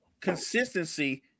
consistency